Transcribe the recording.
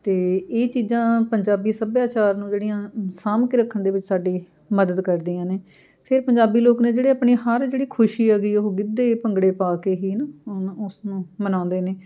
ਅਤੇ ਇਹ ਚੀਜ਼ਾਂ ਪੰਜਾਬੀ ਸੱਭਿਆਚਾਰ ਨੂੰ ਜਿਹੜੀਆਂ ਸਾਂਭ ਕੇ ਰੱਖਣ ਦੇ ਵਿੱਚ ਸਾਡੀ ਮਦਦ ਕਰਦੀਆਂ ਨੇ ਫਿਰ ਪੰਜਾਬੀ ਲੋਕ ਨੇ ਜਿਹੜੇ ਆਪਣੀ ਹਰ ਜਿਹੜੀ ਖੁਸ਼ੀ ਹੈਗੀ ਉਹ ਗਿੱਧੇ ਭੰਗੜੇ ਪਾ ਕੇ ਹੀ ਨਾ ਉਸਨੂੰ ਮਨਾਉਂਦੇ ਨੇ